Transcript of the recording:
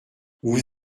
vous